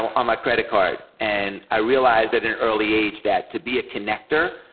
on my credit card. and i realized at an early age that to be a connector,